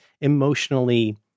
emotionally